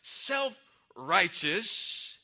self-righteous